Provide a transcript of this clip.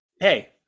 hey